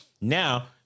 now